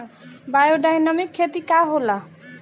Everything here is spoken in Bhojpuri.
बायोडायनमिक खेती का होला?